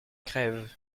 crève